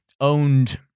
owned